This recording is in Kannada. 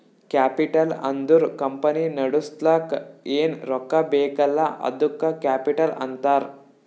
ಕ್ಯಾಪಿಟಲ್ ಅಂದುರ್ ಕಂಪನಿ ನಡುಸ್ಲಕ್ ಏನ್ ರೊಕ್ಕಾ ಬೇಕಲ್ಲ ಅದ್ದುಕ ಕ್ಯಾಪಿಟಲ್ ಅಂತಾರ್